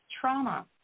trauma